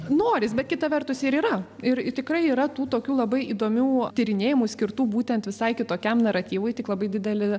norisi bet kita vertus ir yra ir ir tikrai yra tų tokių labai įdomių tyrinėjimų skirtų būtent visai kitokiam naratyvui tik labai didelė